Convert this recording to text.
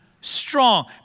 strong